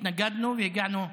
התנגדנו והגענו להבנה: